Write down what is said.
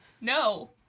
no